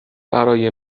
برای